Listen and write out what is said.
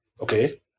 okay